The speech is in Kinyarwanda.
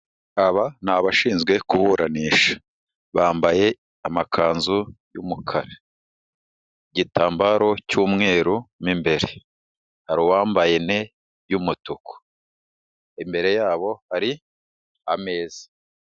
Aba ni abashinzwe kuburanisha, bambaye amakanzu y'umukara igitambaro cy'umweru m imbere, hari uwambaye ne y' umutuku, imbere yabo hari ameza.